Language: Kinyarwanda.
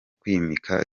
kwimika